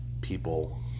people